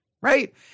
right